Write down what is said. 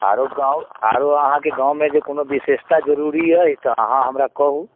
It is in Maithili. आओरो गावँ आओरो आहाँके गावँमे जे कोनो विशेषता जरूरी अइ तऽ आहाँ हमरा कहू